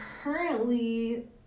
currently